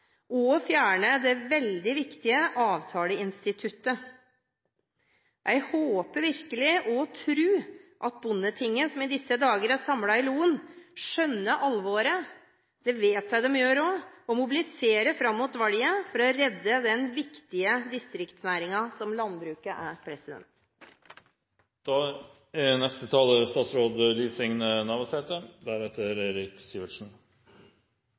og fjerne det veldig viktige avtaleinstituttet. Jeg håper og tror virkelig at Bondetinget, som i disse dager er samlet i Loen, skjønner alvoret – det vet jeg at de gjør også – og mobiliserer fram mot valget for å redde den viktige distriktsnæringen som landbruket er.